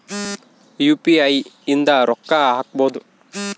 UPI ಇಂದ ರೊಕ್ಕ ಹಕ್ಬೋದು